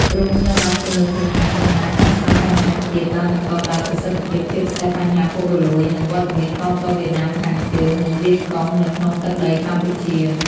ទ្រង់ត្រូវបានគេមើលឃើញថា មិនអាចដោះស្រាយបញ្ហាជាតិបានប្រកបដោយប្រសិទ្ធភាព ជាពិសេសបញ្ហាពុករលួយ និងវត្តមានកងទ័ពវៀតណាមខាងជើង និងវៀតកុងនៅក្នុងទឹកដីកម្ពុជា។